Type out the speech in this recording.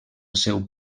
seu